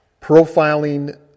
profiling